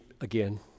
again